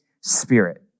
Spirit